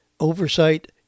oversight